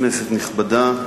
כנסת נכבדה,